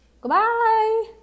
Goodbye